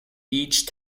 each